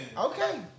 Okay